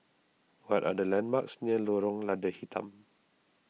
what are the landmarks near Lorong Lada Hitam